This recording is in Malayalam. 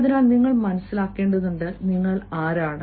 അതിനാൽ നിങ്ങൾ മനസ്സിലാക്കേണ്ടതുണ്ട് നിങ്ങൾ ആരാണ്